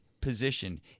position